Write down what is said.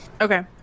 Okay